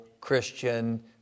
Christian